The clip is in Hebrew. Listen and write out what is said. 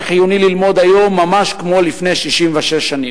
לקח שחיוני ללמוד היום ממש כמו לפני 66 שנים.